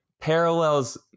parallels